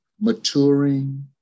maturing